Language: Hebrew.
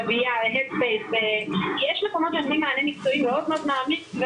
זו ההתמכרות האמיתית,